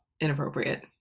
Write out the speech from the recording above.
inappropriate